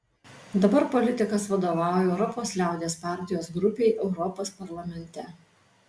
dabar politikas vadovauja europos liaudies partijos grupei europos parlamente